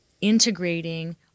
integrating